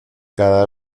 cada